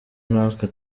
natwe